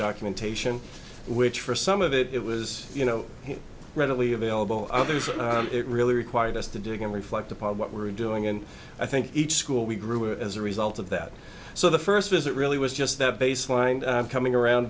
documentation which for some of it was you know readily available it really required us to dig and reflect upon what we're doing and i think each school we grew as a result of that so the first visit really was just the baseline of coming around